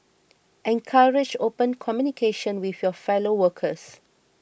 encourage open communication with your fellow workers